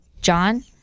John